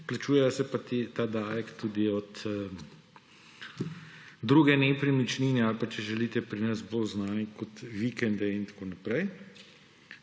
plačuje se pa ta davek tudi od druge nepremičnine ali, če želite, pri nas bolj znane kot vikende in tako naprej,